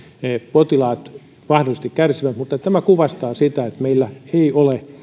potilaat mahdollisesti kärsivät mutta tämä kuvastaa sitä että meillä ei ole